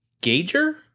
Gager